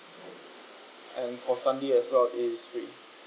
and for sunday as well is free